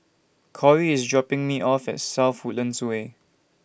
Kori IS dropping Me off At South Woodlands Way